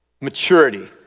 Maturity